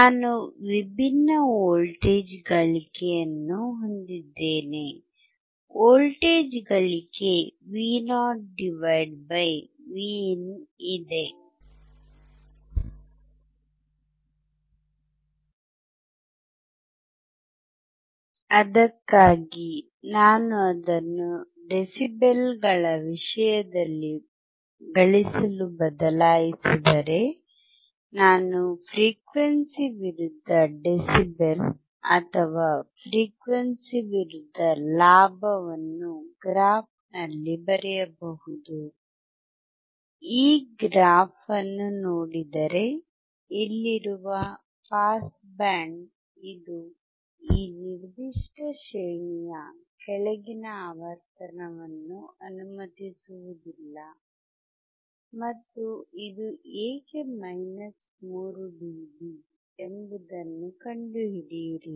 ನಾನು ವಿಭಿನ್ನ ವೋಲ್ಟೇಜ್ ಗಳಿಕೆಯನ್ನು ಹೊಂದಿದ್ದೇನೆ ವೋಲ್ಟೇಜ್ ಗಳಿಕೆ Vo Vin ಇದೆ ಅದಕ್ಕಾಗಿ ನಾನು ಅದನ್ನು ಡೆಸಿಬಲ್ಗಳ ವಿಷಯದಲ್ಲಿ ಗಳಿಸಲು ಬದಲಾಯಿಸಿದರೆ ನಾನು ಫ್ರೀಕ್ವೆನ್ಸಿ ವಿರುದ್ಧ ಡೆಸಿಬೆಲ್ ಅಥವಾ ಫ್ರೀಕ್ವೆನ್ಸಿ ವಿರುದ್ಧ ಲಾಭವನ್ನು ಗ್ರಾಫ್ ನಲ್ಲಿ ಬರೆಯಬಹುದು ಈ ಗ್ರಾಫ್ಅನ್ನು ನೋಡಿದರೆ ಇಲ್ಲಿರುವ ಪಾಸ್ ಬ್ಯಾಂಡ್ ಇದು ಈ ನಿರ್ದಿಷ್ಟ ಶ್ರೇಣಿಯ ಕೆಳಗಿನ ಆವರ್ತನವನ್ನು ಅನುಮತಿಸುವುದಿಲ್ಲ ಮತ್ತು ಇದು ಏಕೆ 3 ಡಿಬಿ ಎಂಬುದನ್ನು ಕಂಡುಹಿಡಿಯಿರಿ